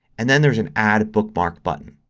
and then there is an add a bookmark button.